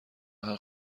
آهن